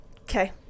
Okay